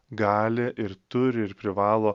gali ir turi ir privalo